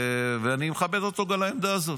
ואני מכבד אותו גם על העמדה הזאת.